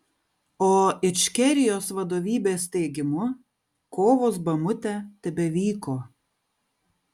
o ičkerijos vadovybės teigimu kovos bamute tebevyko